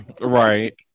Right